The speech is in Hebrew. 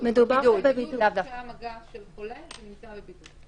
הכוונה היא בגלל שהיה במגע עם חולה שנמצא בבידוד.